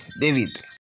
David